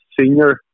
senior